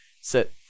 sit